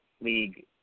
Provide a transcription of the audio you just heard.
League